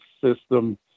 system